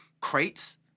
crates